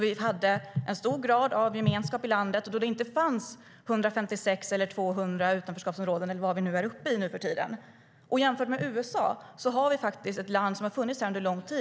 Vi hade en hög grad av gemenskap i landet, och det fanns inte 156 eller 200 - vad vi nu är uppe i - utanförskapsområden. Jämfört med USA är detta land ett land som har funnits under lång tid.